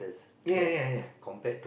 ya ya ya